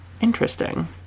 Interesting